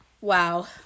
wow